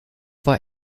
war